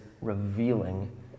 revealing